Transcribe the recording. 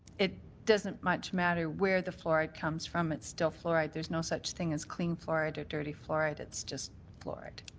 it doesn't much matter where the fluoride comes from, it's still fluoride. there's no such thing as clean fluoride or dirty fluoride, it's just fluoride.